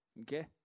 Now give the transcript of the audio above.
Okay